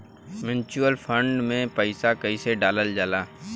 Mutual fund मे पईसा कइसे डालल जाला?